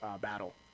battle